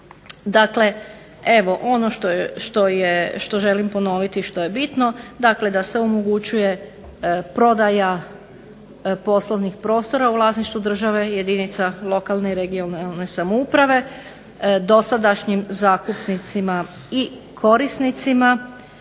Dakle, evo ono što želim ponoviti što je bitno dakle da se omogućuje prodaja poslovnih prostora u vlasništvu države jedinica lokalne i regionalne samouprave dosadašnjim zakupnicima i korisnicima,